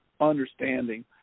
understanding